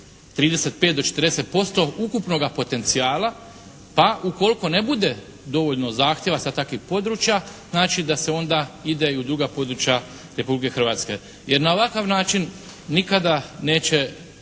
35 do 40% ukupnoga potencijala pa ukoliko ne bude dovoljno zahtjeva sa takvih područja znači da se onda ide i u druga područja Republike Hrvatske, jer na ovakav način nikada neće